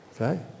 Okay